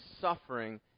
suffering